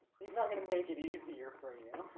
he's not gonna make it easier for you